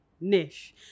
niche